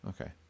okay